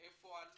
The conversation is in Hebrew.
מאיפה הם עלו.